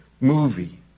movie